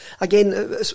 Again